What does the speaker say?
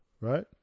right